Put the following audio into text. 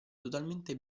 totalmente